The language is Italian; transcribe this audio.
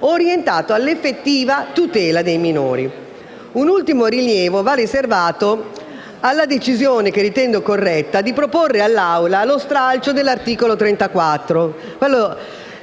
orientata all'effettiva tutela dei minori. Un ultimo rilievo va riservato alla decisione (che ritengo corretta) di proporre all'Assemblea lo stralcio dell'articolo 34